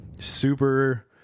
super